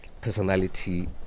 personality